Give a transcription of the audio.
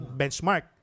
benchmark